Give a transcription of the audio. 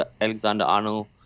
Alexander-Arnold